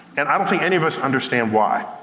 and i don't think any of us understand why.